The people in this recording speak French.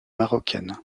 marocaine